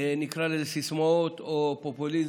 זה סיסמאות או פופוליזם,